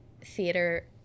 theater